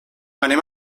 anem